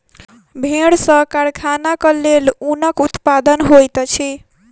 भेड़ सॅ कारखानाक लेल ऊनक उत्पादन होइत अछि